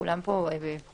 כולם פה חושבים